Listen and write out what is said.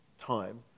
time